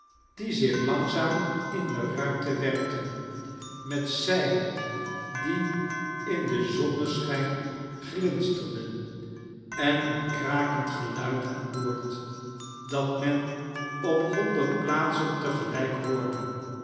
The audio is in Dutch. die zich langzaam in de ruimte werkten met zeilen die in den zonneschijn glinsterden en een krakend geluid aan boord dat men op honderd plaatsen te gelijk hoorde